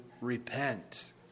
repent